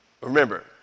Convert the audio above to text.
Remember